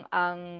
ang